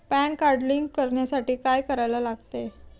Pan card link करण्यासाठी काय करायला लागते?